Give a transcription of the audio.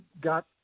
got